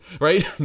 right